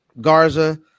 Garza